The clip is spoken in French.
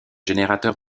générateurs